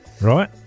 right